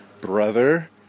brother